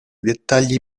dettagli